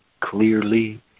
Clearly